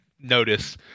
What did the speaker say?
Notice